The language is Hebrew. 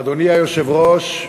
אדוני היושב-ראש,